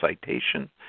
citation